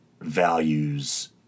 values